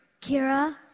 Kira